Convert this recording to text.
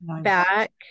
back